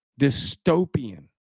dystopian